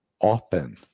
often